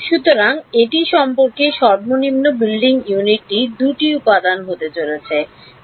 সুতরাং এটি সম্পর্কে সর্বনিম্ন বিল্ডিং ইউনিটটি 2 টি উপাদান হতে চলেছে